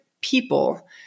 people